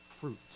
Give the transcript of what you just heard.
fruit